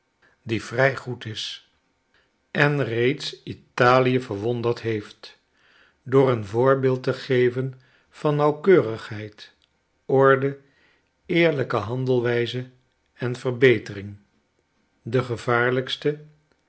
die vrij goed is en reeds a i e verwonderd heeft door een voorbeeld te geven van nauwkeurigheid orde eerlijke handelwijze en verbetering de gevaarlijkste